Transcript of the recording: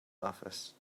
office